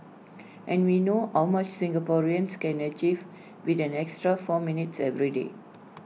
and we know how much Singaporeans can achieve with an extra four minutes every day